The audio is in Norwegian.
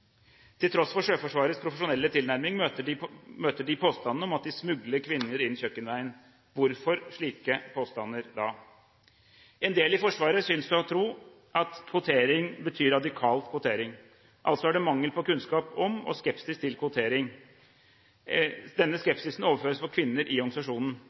Sjøforsvarets profesjonelle tilnærming møter de påstanden om at de smugler kvinner inn kjøkkenveien – hvorfor slike påstander? Noen i Forsvaret synes å tro at kvotering betyr radikal kvotering. Det er altså skepsis til og mangel på kunnskap om kvotering. Denne skepsisen overføres på kvinner i organisasjonen